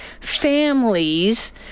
families